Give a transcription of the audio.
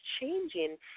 changing